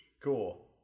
Cool